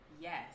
Yes